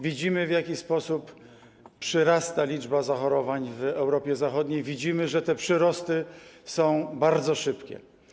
Widzimy, w jaki sposób przyrasta liczba zachorowań w zachodniej Europie, widzimy, że te przyrosty są bardzo szybkie.